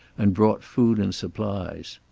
and brought food and supplies.